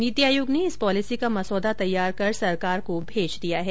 नीति आयोग ने इस पॉलिसी का मसौदा तैयार कर सरकार को भेज दिया है